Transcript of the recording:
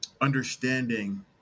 understanding